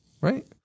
right